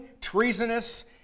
treasonous